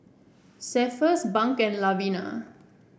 Cephus Bunk and Lavina